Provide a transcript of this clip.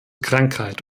krankheit